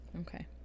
okay